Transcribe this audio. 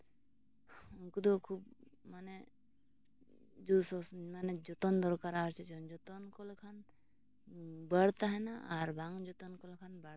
ᱩᱱᱠᱩ ᱫᱚ ᱠᱷᱩᱵᱽ ᱢᱟᱱᱮ ᱡᱳᱨ ᱥᱳᱨ ᱢᱟᱱᱮ ᱡᱚᱛᱚᱱ ᱫᱚᱨᱠᱟᱨᱟ ᱟᱨ ᱪᱮᱫ ᱪᱚᱝ ᱡᱚᱛᱚᱱ ᱠᱚ ᱞᱮᱠᱷᱟᱱ ᱵᱟᱹᱲ ᱛᱟᱦᱮᱱᱟ ᱟᱨ ᱵᱟᱝ ᱡᱚᱛᱚᱱ ᱞᱮᱠᱚ ᱠᱷᱟᱱ ᱵᱟᱹᱲ ᱫᱚ ᱵᱟᱝ ᱛᱟᱦᱮᱱᱟ